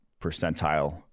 percentile